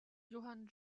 johann